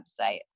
website